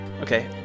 Okay